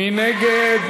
מי נגד?